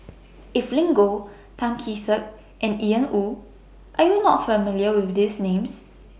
Evelyn Goh Tan Kee Sek and Ian Woo Are YOU not familiar with These Names